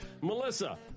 Melissa